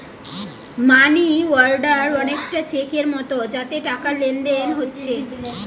মানি order অনেকটা চেকের মতো যাতে টাকার লেনদেন হোচ্ছে